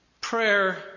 Prayer